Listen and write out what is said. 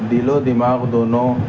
دل و دماغ دونوں